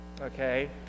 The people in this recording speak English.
okay